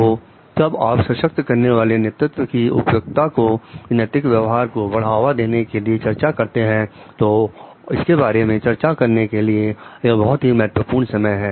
तो जब आप सशक्त करने वाले नेतृत्व की उपयुक्तता की नैतिक व्यवहार को बढ़ावा देने के लिए चर्चा करते हैं तो इसके बारे में चर्चा करने के लिए यह बहुत ही महत्वपूर्ण समय है